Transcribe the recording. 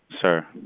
Sir